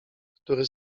który